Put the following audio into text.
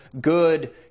good